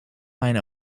mijn